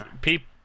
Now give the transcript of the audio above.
People